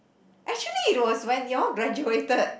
actually it was when you all graduated